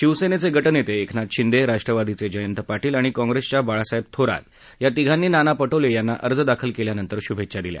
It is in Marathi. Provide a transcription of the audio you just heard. शिवसेनेचे गटनेते एकनाथ शिंदे राष्ट्रवादीचे जयंत पाटील आणि काँग्रेसच्या बाळासाहेब थोरात या तिघांनी नाना पटोले यांना अर्ज दाखल केल्यानंतर शुभेच्छा दिल्या